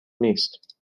نیست